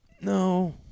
No